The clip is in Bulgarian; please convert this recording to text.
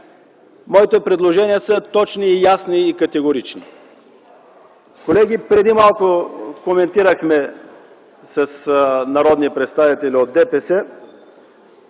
Моите предложения са точни, ясни и категорични. Колеги, преди малко коментирахме с народни представители от ДПС,